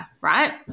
right